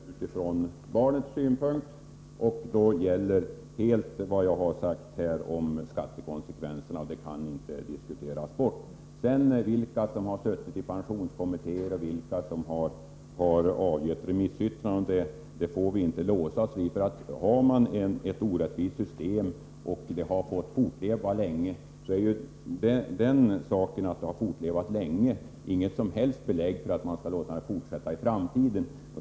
Herr talman! Jag ser detta utifrån barnets synpunkt, och då gäller vad jag har sagt om skattekonsekvenserna — det kan inte diskuteras bort. Vi får inte låsa oss vid vilka som har suttit i pensionskommittén eller som avgivit remissyttranden. Om vi har ett orättvist system som har fått fortleva länge är detta faktum att det fortlevat länge ingen som helst anledning till att systemet skall fortsätta att gälla i framtiden.